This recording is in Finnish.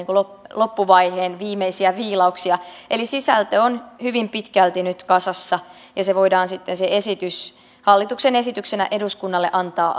loppuvaiheen viimeisiä viilauksia eli sisältö on nyt hyvin pitkälti kasassa ja se esitys voidaan sitten hallituksen esityksenä eduskunnalle antaa